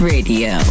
Radio